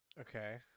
Okay